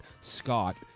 Scott